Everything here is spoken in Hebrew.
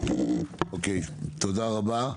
תודה רבה.